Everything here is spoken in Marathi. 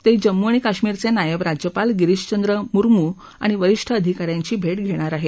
ते जम्मू आणि कश्मीरचे नायब राज्यपाल गिरीशचंद्र मुर्मू आणि क्रीष्ठ अधिकाऱ्यांची भेट घेणार आहे